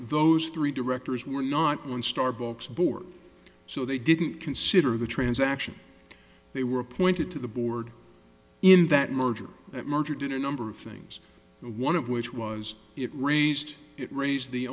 those three directors were not on starbucks board so they didn't consider the transaction they were appointed to the board in that merger that merger did a number of things one of which was it raised it raised the